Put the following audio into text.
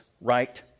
Right